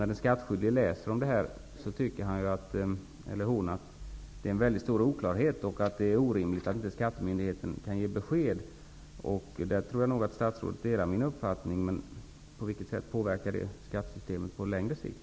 När den skattskyldige läser om detta tycker han eller hon att det råder stor oklarhet och att det är orimligt att skattemyndigheten inte kan ge besked. Jag tror nog att statsrådet delar min uppfattning. På vilket sätt påverkar det skattesystemet på längre sikt?